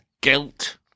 guilt